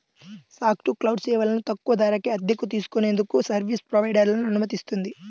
fog to cloud సేవలను తక్కువ ధరకే అద్దెకు తీసుకునేందుకు సర్వీస్ ప్రొవైడర్లను అనుమతిస్తుంది